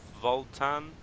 Voltan